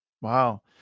Wow